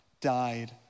died